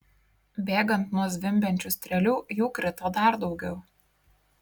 bėgant nuo zvimbiančių strėlių jų krito dar daugiau